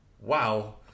Wow